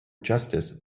justice